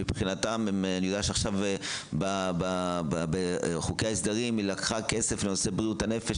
אני יודע שעכשיו בחוקי ההסדרים היא לקחה כסף לנושא בריאות הנפש,